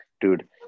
dude